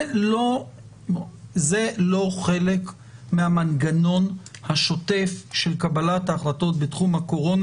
זה לא חלק מהמנגנון השוטף של קבלת ההחלטות בתחום הקורונה,